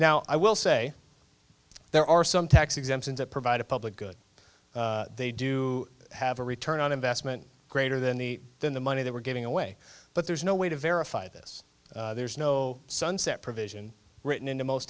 now i will say there are some tax exemptions that provide a public good they do have a return on investment greater than the than the money that we're giving away but there's no way to verify this there's no sunset provision written into most